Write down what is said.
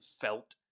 felt